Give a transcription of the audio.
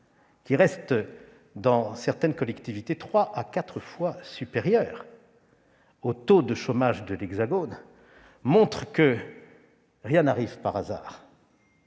qui reste, dans certaines collectivités, trois à quatre fois supérieur à celui de l'Hexagone, montrent que rien n'arrive par hasard.